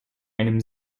einem